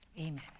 amen